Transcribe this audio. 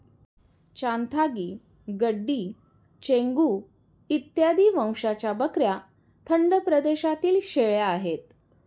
चांथागी, गड्डी, चेंगू इत्यादी वंशाच्या बकऱ्या थंड प्रदेशातील शेळ्या आहेत